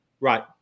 Right